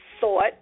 thought